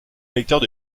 vecteurs